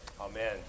Amen